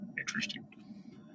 interesting